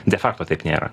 de fakto kad nėra